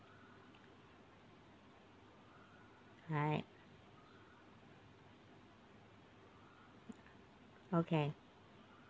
alright okay